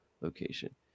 location